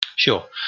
Sure